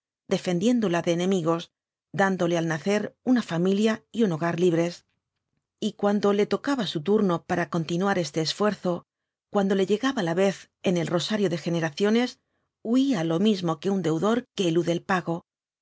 defendiéndola de enemigos dándole al nacer una familia y un hogar libres y cuando le tocaba su turno para continuar este esfuerzo cuando le llegaba la vez en el rosario de generaciones huía lo mismo que un deudor que elude el pago